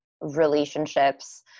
relationships